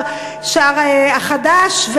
השער החדש,